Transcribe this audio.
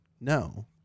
no